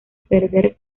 perder